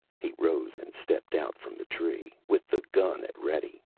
he rose and stepped out from the tree, with the gun at ready.